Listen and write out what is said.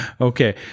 okay